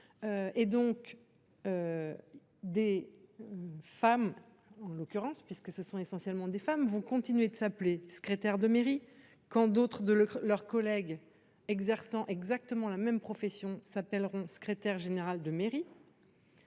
Et donc. Des. Femmes en l'occurrence puisque ce sont essentiellement des femmes vont continuer de s'appeler secrétaire de mairie quand d'autres de leurs collègues exerçant exactement la même profession s'appelleront, secrétaire général de mairie.